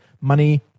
money